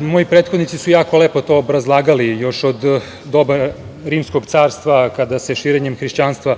Moji prethodnici su jako lepo to obrazlagali. Još od doba Rimskog carstva, kada se širenjem hrišćanstva